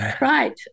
Right